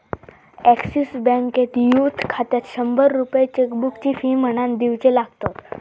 axis बँकेत youth खात्यात शंभर रुपये चेकबुकची फी म्हणान दिवचे लागतत